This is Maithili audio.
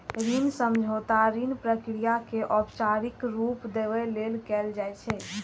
ऋण समझौता ऋण प्रक्रिया कें औपचारिक रूप देबय लेल कैल जाइ छै